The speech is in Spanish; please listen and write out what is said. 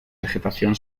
vegetación